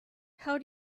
how